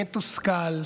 מתוסכל,